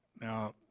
Now